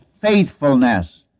faithfulness